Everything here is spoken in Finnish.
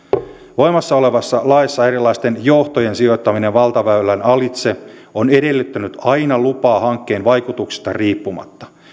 voimassa olevassa laissa erilaisten johtojen sijoittaminen valtaväylän alitse on edellyttänyt aina lupaa hankkeen vaikutuksista riippumatta